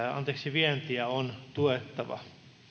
vientiä on tuettava